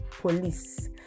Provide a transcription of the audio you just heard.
police